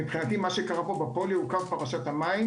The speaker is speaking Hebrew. מבחינתי מה שקרה בפוליו הוא קו פרשת המים